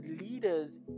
leaders